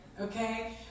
okay